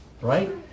right